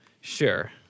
Sure